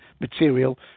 material